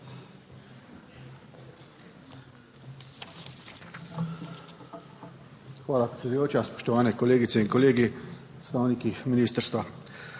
Hvala predsedujoča, spoštovane kolegice in kolegi, predstavniki ministrstva.